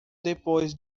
depois